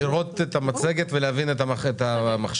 לראות את המצגת ולהבין את המכשיר.